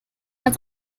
ganz